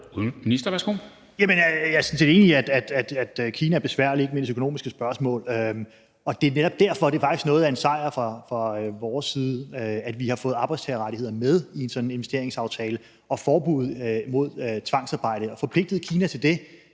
jeg er sådan set enig i, at Kina er besværlig, ikke mindst i økonomiske spørgsmål, og det er netop derfor, at det faktisk er noget af en sejr fra vores side, at vi har fået arbejdstagerrettighederne med i en sådan investeringsaftale og forbud mod tvangsarbejde. At forpligte Kina til det,